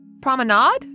Promenade